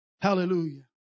Hallelujah